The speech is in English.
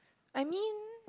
I mean